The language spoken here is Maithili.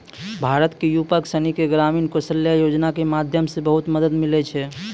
भारत के युवक सनी के ग्रामीण कौशल्या योजना के माध्यम से बहुत मदद मिलै छै